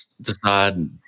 decide